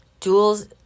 Duels